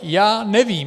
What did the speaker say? Já nevím.